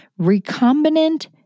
recombinant